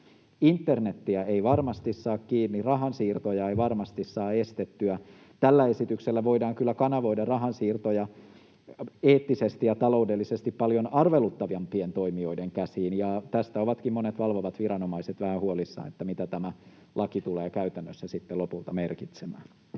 Internetiä ei varmasti saa kiinni, rahansiirtoja ei varmasti saa estettyä. Tällä esityksellä voidaan kyllä kanavoida rahansiirtoja eettisesti ja taloudellisesti paljon arveluttavampien toimijoiden käsiin, ja monet valvovat viranomaiset ovatkin vähän huolissaan, mitä tämä laki tulee käytännössä lopulta merkitsemään.